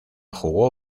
jugó